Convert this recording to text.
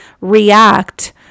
react